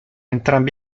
entrambi